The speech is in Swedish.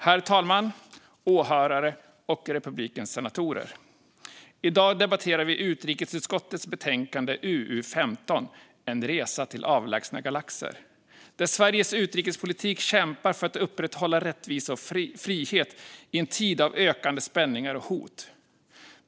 "Herr talman, åhörare och republikens senatorer! I dag debatterar vi Utrikesutskottets betänkande UU15 - en resa till avlägsna galaxer, där Sveriges utrikespolitik kämpar för att upprätthålla rättvisa och frihet i en tid av ökande spänningar och hot.